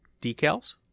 decals